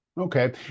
Okay